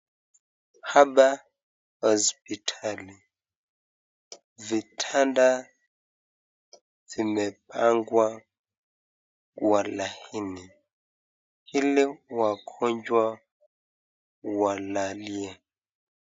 Hapa hospitali, vitanda vimepangwa kwa laini ili wagonjwa walalie.